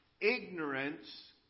ignorance